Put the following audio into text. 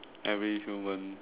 every human